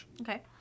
Okay